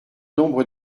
nombre